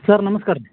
sir ನಮ್ಸ್ಕಾರ ರೀ